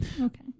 okay